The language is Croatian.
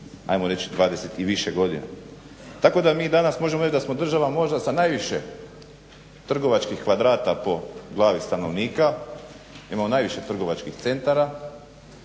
proteklih 20 i više godina. Tako da mi danas možemo reći da smo država možda sa najviše trgovačkih kvadrata po glavi stanovnika, imamo najviše trgovačkih centara